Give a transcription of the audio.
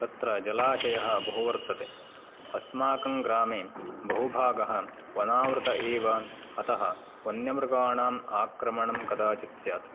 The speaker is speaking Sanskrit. तत्र जलाशयः बहु वर्तते अस्माकं ग्रामे वनावृत एव अतः वन्यमृगाणाम् आक्रमणं कदाचित् स्यात्